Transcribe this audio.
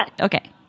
Okay